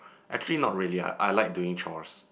actually not really [agh] I like doing chores